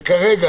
שכרגע,